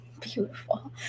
Beautiful